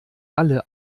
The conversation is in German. alle